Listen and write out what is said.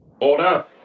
Order